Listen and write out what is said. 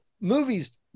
movies